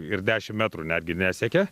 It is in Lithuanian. ir dešimt metrų netgi nesiekia